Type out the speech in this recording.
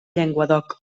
llenguadoc